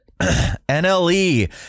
NLE